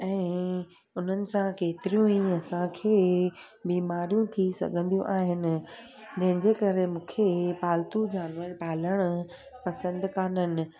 ऐं हुननि सां केतिरियूं ई असां खे बीमारियूं थी सघंदियूं आहिनि जंहिंजे करे मूंखे पालतू जानवर पालणु पसंदि कान्हनि